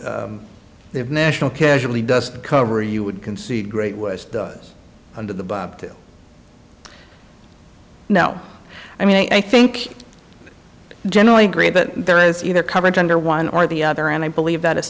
west they have national casually dust cover you would concede great was does under the bob now i mean i think generally great but there is either covered under one or the other and i believe that is